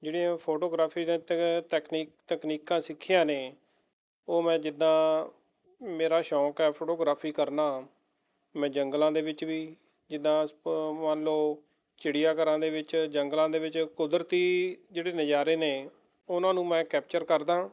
ਜਿਹੜੀਆਂ ਫੋਟੋਗ੍ਰਾਫੀ ਦੀਆਂ ਤ ਤਕਨੀਕ ਤਕਨੀਕਾਂ ਸਿੱਖੀਆਂ ਨੇ ਉਹ ਮੈਂ ਜਿੱਦਾਂ ਮੇਰਾ ਸ਼ੌਂਕ ਹੈ ਫੋਟੋਗ੍ਰਾਫੀ ਕਰਨਾ ਮੈਂ ਜੰਗਲਾਂ ਦੇ ਵਿੱਚ ਵੀ ਜਿੱਦਾਂ ਪ ਮੰਨ ਲਓ ਚਿੜੀਆ ਘਰਾਂ ਦੇ ਵਿੱਚ ਜੰਗਲਾਂ ਦੇ ਵਿੱਚ ਕੁਦਰਤੀ ਜਿਹੜੇ ਨਜ਼ਾਰੇ ਨੇ ਉਹਨਾਂ ਨੂੰ ਮੈਂ ਕੈਪਚਰ ਕਰਦਾਂ